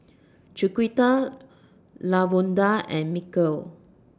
Chiquita Lavonda and Mykel